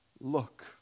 look